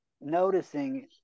noticing